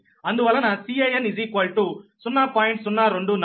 అందువలన Can 0